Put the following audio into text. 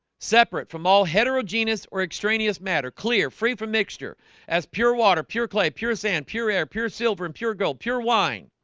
separate from all heterogenous or extraneous matter clear free from mixture as pure water pure clay pure a and pure air pure silver and pure gold pure wine